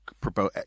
propose